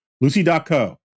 Lucy.co